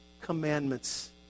commandments